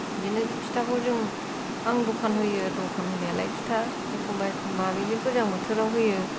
बिदिनो फिथाखौ जों आं दखान होयो दखान होनायालाय फिथा एखम्बा एखम्बा बिदि गोजां बोथोराव होयो